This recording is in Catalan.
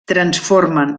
transformen